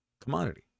commodity